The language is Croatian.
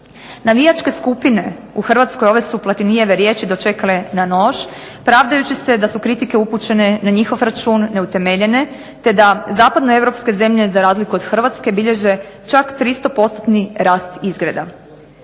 Navijačke skupine u Hrvatskoj ove su Platinijeve riječi dočekale na nož, pravdajući se da su kritike upućene na njihov račun neutemeljene, te da zapadno-europske zemlje za razliku od Hrvatske bilježe čak 300 postotni rast izgreda.